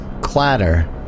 clatter